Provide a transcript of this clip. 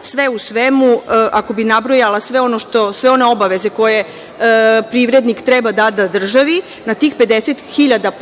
Sve u svemu, ako bih nabrojala sve one obaveze koje privrednik treba da da državi na tih 50.000 plate